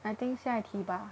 I think 下一题吧:xia yi tiba